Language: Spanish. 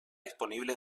disponible